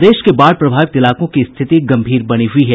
प्रदेश के बाढ़ प्रभावितों इलाकों की स्थिति गंभीर बनी हुयी है